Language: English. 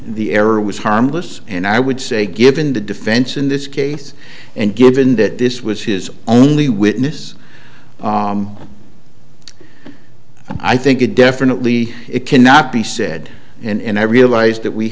the error was harmless and i would say given the defense in this case and given that this was his only witness i think it definitely it cannot be said and i realized that we